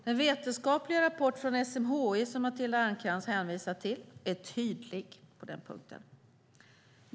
Den vetenskapliga rapport från SMHI som Matilda Ernkrans hänvisar till är tydlig på den punkten.